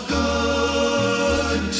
good